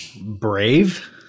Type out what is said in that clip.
Brave